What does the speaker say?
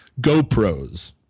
GoPros